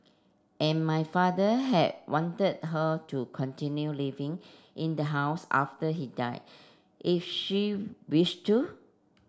and my father had wanted her to continue living in the house after he died if she wished to